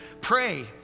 pray